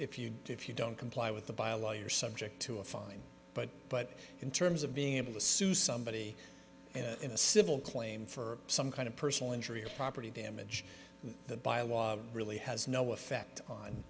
if you do if you don't comply with the by a lawyer subject to a fine but but in terms of being able to sue somebody in a civil claim for some kind of personal injury or property damage that by law really has no effect on